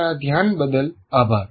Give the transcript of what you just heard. તમારા ધ્યાન બદલ આભાર